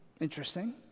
Interesting